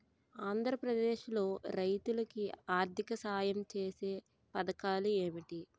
ఆంధ్రప్రదేశ్ లో రైతులు కి ఆర్థిక సాయం ఛేసే పథకాలు ఏంటి?